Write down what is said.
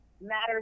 matters